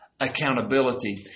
accountability